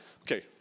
Okay